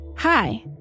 Hi